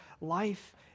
life